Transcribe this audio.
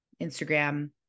Instagram